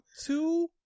Two